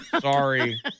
Sorry